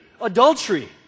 adultery